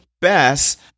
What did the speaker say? best